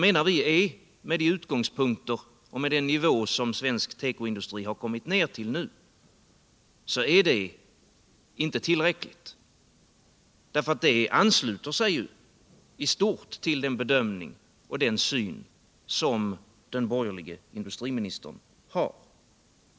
Med utgångspunkt i den nivå som svensk tekoindustri nu har kommit ned till, är det inte tillräckligt. Det ansluter sig ju i stort till den bedömning och den syn som den borgerliga industriministern har.